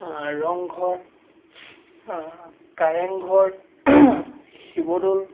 Rang Ghar Kareng Ghar Sivadol